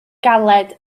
galed